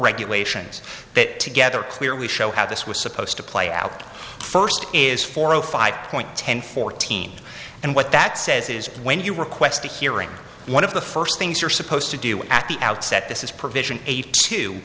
regulations that together clearly show how this was supposed to play out first is four o five point ten fourteen and what that says is when you request a hearing one of the first things you're supposed to do at the outset this is provision